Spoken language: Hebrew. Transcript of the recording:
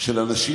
של אנשים,